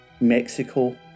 Mexico